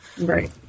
right